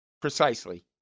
Precisely